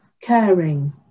caring